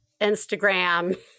Instagram